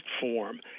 form